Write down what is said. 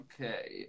okay